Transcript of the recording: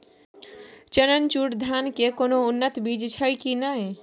चननचूर धान के कोनो उन्नत बीज छै कि नय?